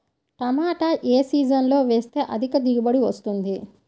టమాటా ఏ సీజన్లో వేస్తే అధిక దిగుబడి వస్తుంది?